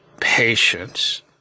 patience